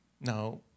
Now